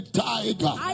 tiger